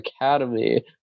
Academy